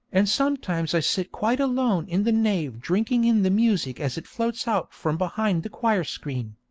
and sometimes i sit quite alone in the nave drinking in the music as it floats out from behind the choir-screen.